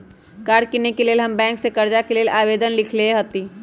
कार किनेके लेल हम बैंक से कर्जा के लेल आवेदन लिखलेए हती